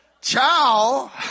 ciao